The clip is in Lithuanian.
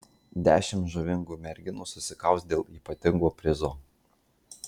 dešimt žavingų merginų susikaus dėl ypatingo prizo